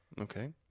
okay